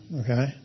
Okay